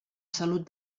salut